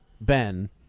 Ben